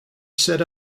set